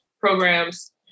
programs